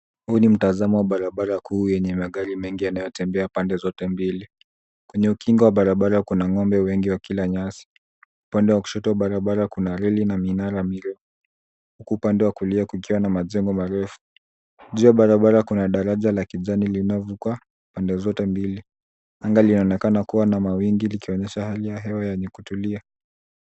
Huu ni mtazamo wa barabara kuu yenye magari mengi yanayotembea pande zote mbili. Kwenye ukingo wa barabara kuna ng'ombe wengi wa kila nyasi. Upande wa kushoto wa barabara kuna reli na minara miwili. Huku upande wa kulia kukiwa na majengo marefu. Njia ya barabara kuna daraja la kijani linaavuka pande zote mbili. Anga linanakana kuwa na mawingu likionyesha hali ya hewa yenye kutulia.